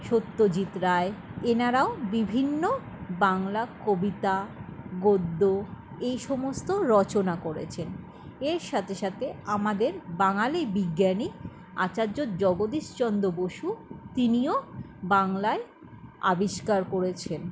সত্যজিৎ রায় এনারাও বিভিন্ন বাংলা কবিতা গদ্য এই সমস্ত রচনা করেছেন এর সাথে সাথে আমাদের বাঙালি বিজ্ঞানী আচার্য জগদীশ চন্দ্র বসু তিনিও বাংলায় আবিষ্কার করেছেন